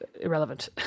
irrelevant